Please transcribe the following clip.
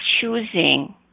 choosing